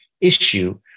issue